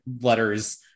letters